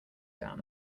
down